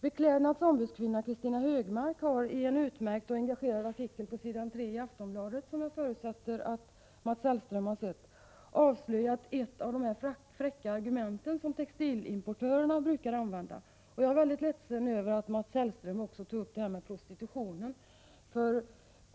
Beklädnads ombudskvinna Christina Högmark har i en utmärkt och engagerad artikel på s. 3 i Aftonbladet i går, som jag förutsätter att Mats Hellström har sett, avslöjat ett av de fräcka argument som textilimportörerna brukar använda. Jag är mycket ledsen över att Mats Hellström också tog upp detta med prostitutionen.